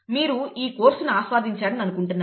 మీరు ఈ కోర్సును ఆస్వాదించారని అనుకుంటున్నాను